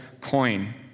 coin